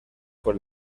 por